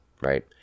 right